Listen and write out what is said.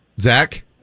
Zach